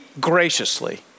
graciously